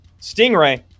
Stingray